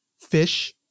fish